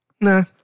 Nah